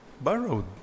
borrowed